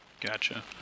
Gotcha